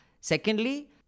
Secondly